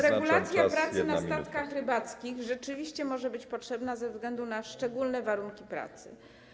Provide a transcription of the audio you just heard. Regulacja pracy na statkach rybackich rzeczywiście może być potrzebna ze względu na szczególne warunki pracy.